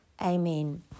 amen